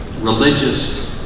Religious